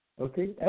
Okay